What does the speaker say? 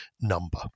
number